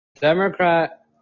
Democrat